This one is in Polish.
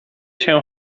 się